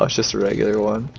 of so sort of a one